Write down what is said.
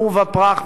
עורבא פרח,